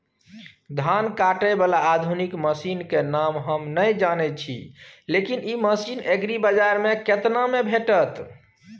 धान काटय बाला आधुनिक मसीन के नाम हम नय जानय छी, लेकिन इ मसीन एग्रीबाजार में केतना में भेटत?